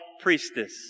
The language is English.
priestess